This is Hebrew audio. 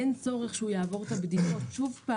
אין צורך שהוא יעבור את הבדיקות שוב.